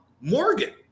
Morgan